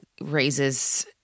raises